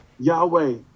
Yahweh